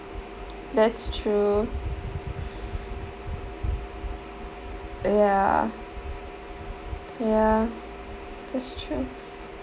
that's true ya ya that's true